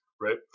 right